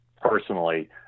personally